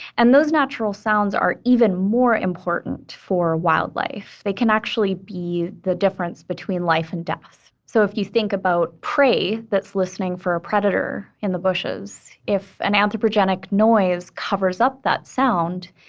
and those natural sounds are even more important for wildlife. they can actually be the difference between life and death. so if you think about a prey that's listening for a predator in the bushes, if an anthropogenic noise covers up that sound,